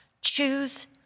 Choose